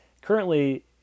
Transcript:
currently